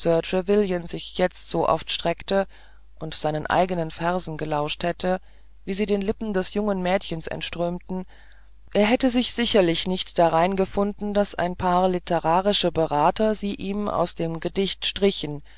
trevelyan sich jetzt so oft streckte und seinen eigenen versen gelauscht hätte wie sie den lippen des jungen mädchens entströmten er hätte sich sicherlich nicht darein gefunden daß ein paar literarische berater sie ihm aus dem gedicht strichen